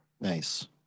Nice